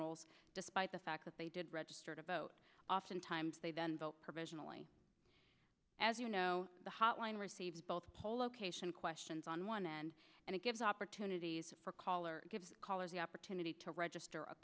rolls despite the fact that they did register to vote oftentimes they then vote provisionally as you know the hotline received both co location questions on one end and it gives opportunities for color callers the opportunity to register a